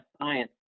science